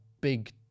big